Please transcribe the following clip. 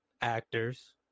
actors